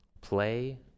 play